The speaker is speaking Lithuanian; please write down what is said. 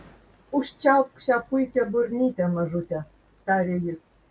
užčiaupk šią puikią burnytę mažute tarė jis